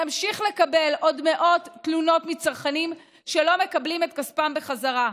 נמשיך לקבל עוד מאות תלונות מצרכנים שלא מקבלים את כספם בחזרה.